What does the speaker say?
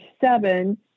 seven